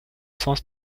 sens